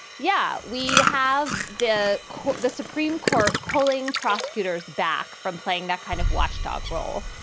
yeah, we have the court, the supreme court pulling prosecutors back from playing that kind of watchdog role.